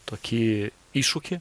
tokį iššūkį